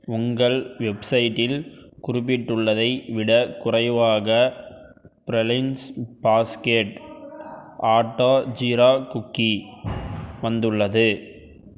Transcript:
உங்கள் வெப்சைட்டில் குறிப்பிட்டுள்ளதை விடக் குறைவாக pralines basket atta jeera cookie வந்துள்ளது